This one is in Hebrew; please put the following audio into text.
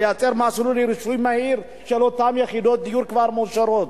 לייצר מסלול לרישוי מהיר של אותן יחידות דיור שמאושרות,